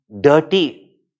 dirty